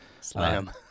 slam